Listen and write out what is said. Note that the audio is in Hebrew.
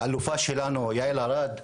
יעל ארד,